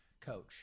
coach